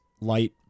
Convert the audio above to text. light